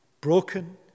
broken